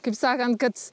kaip sakant kad